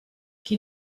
qui